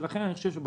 ולכן לדעתי,